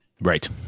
Right